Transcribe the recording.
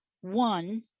one